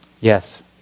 Yes